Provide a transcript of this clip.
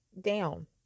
down